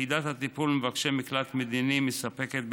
יחידת הטיפול במבקשי מקלט מדיני מספקת,